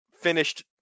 finished